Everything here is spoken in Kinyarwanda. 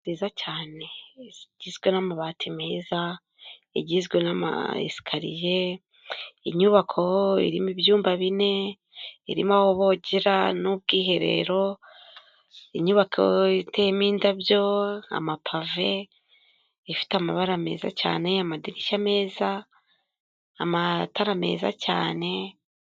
Nziza cyane igizwe n'amabati meza igizwe n'ama esikariye inyubako irimo ibyumba bine irimo aho bogera n'ubwiherero inyubako iteyemo indabyo amapave ifite amabara meza cyane amadirishya meza amatara meza cyane.